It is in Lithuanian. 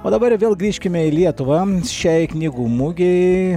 o dabar vėl grįžkime į lietuvą šiai knygų mugei